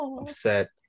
upset